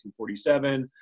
1947